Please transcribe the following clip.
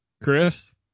Chris